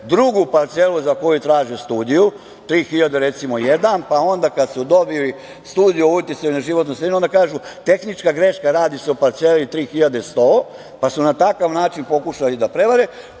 drugu parcelu za koju traže studiju, 3001 recimo, pa onda kada su dobili studiju o uticaju na životnu sredinu, onda kažu – tehnička greška radi se o parceli 3100, pa su na takav način pokušali da prevare.